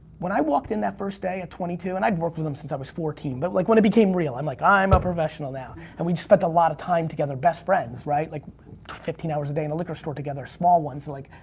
when i walked in that first day at twenty two and i'd worked with him since i was fourteen but like when it became real, i'm like, i'm a professional now and we just spent a lot time together, best friends, right? like fifteen hours a day in a liquor store together small ones, like,